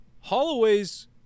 Holloway's